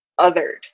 othered